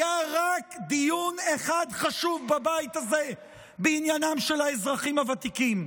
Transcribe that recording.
היה רק דיון אחד חשוב בבית הזה בעניינם של האזרחים הוותיקים,